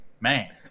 Man